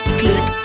click